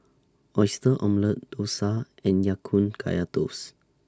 Oyster Omelette Dosa and Ya Kun Kaya Toast